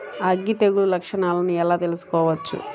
అగ్గి తెగులు లక్షణాలను ఎలా తెలుసుకోవచ్చు?